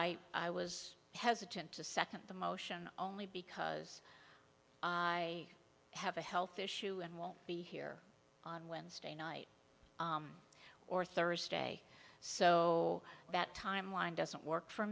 i i was hesitant to second the motion only because i have a health issue and won't be here on wednesday night or thursday so that timeline doesn't work for